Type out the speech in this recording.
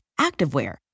activewear